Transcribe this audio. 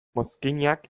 mozkinak